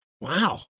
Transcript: Wow